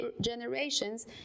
generations